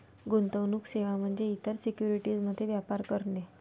गुंतवणूक सेवा म्हणजे इतर सिक्युरिटीज मध्ये व्यापार करणे